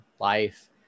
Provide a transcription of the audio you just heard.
life